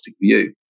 view